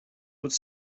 would